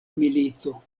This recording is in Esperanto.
milito